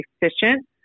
efficient